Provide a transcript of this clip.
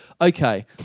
Okay